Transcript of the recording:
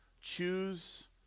Choose